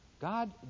God